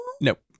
Nope